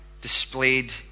displayed